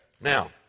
Now